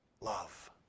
love